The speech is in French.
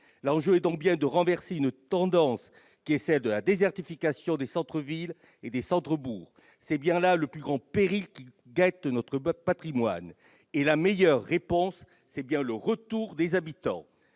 L'enjeu est donc bien de renverser cette tendance à la désertification des centres-villes et des centres-bourgs. C'est bien là le plus grand péril qui guette notre patrimoine. Et la meilleure réponse, c'est bien le retour des habitants.